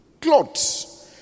clothes